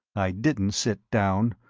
i didn't sit down.